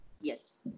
Yes